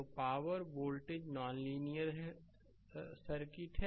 तो power voltage non linear circuit है